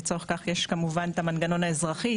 לצורך כך יש כמובן את המנגנון האזרחי,